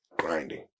grinding